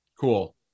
cool